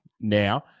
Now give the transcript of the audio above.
now